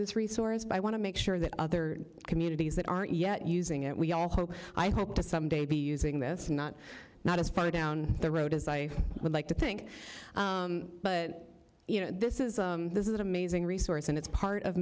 this resource by want to make sure that other communities that aren't yet using it we all hope i hope to someday be using this not not as far down the road as i would like to think but you know this is this is an amazing resource and it's part of